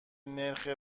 نرخ